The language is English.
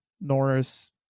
Norris